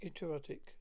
erotic